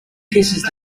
kisses